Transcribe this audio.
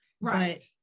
right